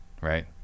Right